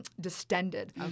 Distended